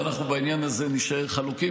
אנחנו בעניין הזה נישאר חלוקים.